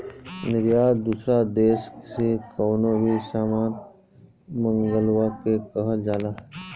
निर्यात दूसरा देस से कवनो भी सामान मंगवला के कहल जाला